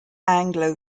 anglo